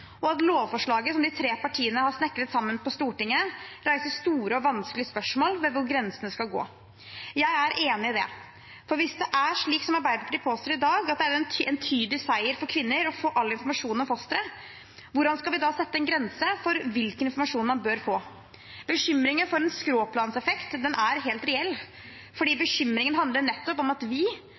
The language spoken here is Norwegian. og at lovforslaget som de tre partiene har snekret sammen på Stortinget, reiser store og vanskelige spørsmål ved hvor grensene skal gå. Jeg er enig i det, for hvis det er slik som Arbeiderpartiet påstår i dag, at det er en entydig seier for kvinner å få all informasjon om fosteret, hvordan skal vi da sette en grense for hvilken informasjon man bør få? Bekymringen for en skråplanseffekt er helt reell, fordi bekymringen nettopp handler om at vi